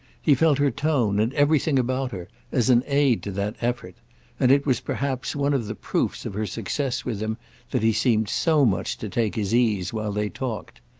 he felt her tone and everything about her, as an aid to that effort and it was perhaps one of the proofs of her success with him that he seemed so much to take his ease while they talked.